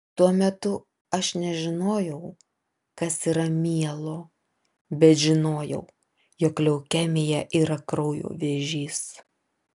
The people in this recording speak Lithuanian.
tuo metu aš nežinojau kas yra mielo bet žinojau jog leukemija yra kraujo vėžys